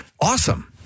Awesome